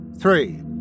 Three